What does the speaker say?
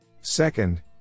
Second